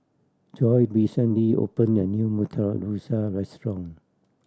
Joye recently opened a new Murtabak Rusa restaurant